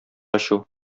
ачу